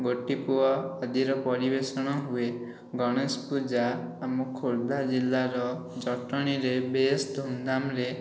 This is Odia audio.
ଗୋଟିପୁଅ ଆଦିର ପରିବେଷଣ ହୁଏ ଗଣେଶ ପୂଜା ଆମ ଖୋର୍ଦ୍ଧା ଜିଲ୍ଲାର ଜଟଣୀରେ ବେଶ ଧୁମଧାମରେ